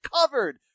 covered